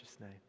name